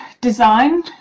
design